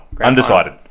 Undecided